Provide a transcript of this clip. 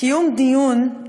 קיום דיון,